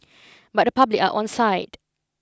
but the public are onside